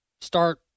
start